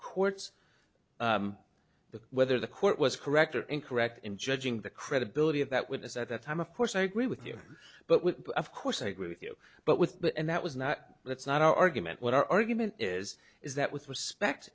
courts but whether the court was correct or incorrect in judging the credibility of that witness at the time of course i agree with you but with of course i agree with you but with but and that was not that's not our argument what our argument is is that with respect